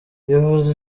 twifuza